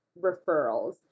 referrals